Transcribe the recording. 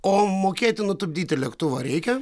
o mokėti nutupdyti lėktuvą reikia